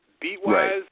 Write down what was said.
beat-wise